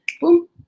boom